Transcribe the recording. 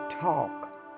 talk